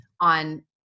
on